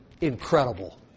incredible